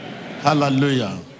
Hallelujah